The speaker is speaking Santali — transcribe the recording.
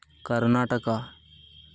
ᱠᱚᱨᱱᱟᱴᱚᱠᱟ